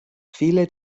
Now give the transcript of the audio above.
viele